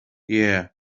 yeah